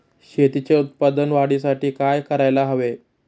शेतीच्या उत्पादन वाढीसाठी काय करायला हवे?